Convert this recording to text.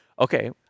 okay